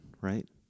right